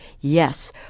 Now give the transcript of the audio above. yes